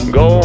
go